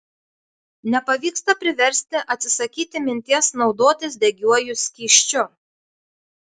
nepavyksta priversti atsisakyti minties naudotis degiuoju skysčiu